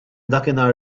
dakinhar